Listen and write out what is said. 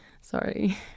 sorry